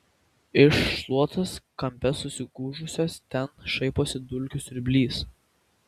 iš šluotos kampe susigūžusios ten šaiposi dulkių siurblys